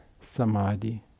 samadhi